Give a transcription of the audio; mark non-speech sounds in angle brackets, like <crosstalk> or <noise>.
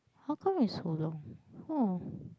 how come is so long <noise>